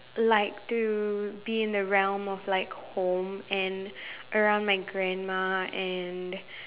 like to be in the realm of like home and around my grandma and